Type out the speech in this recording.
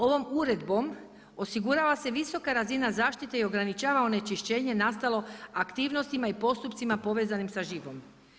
Ovom uredbom osigurava se visoka razina zaštite i ograničava onečišćenje nastalo aktivnostima i postupcima povezanim sa živom.